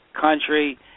country